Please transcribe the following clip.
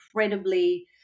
incredibly